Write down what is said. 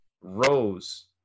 rose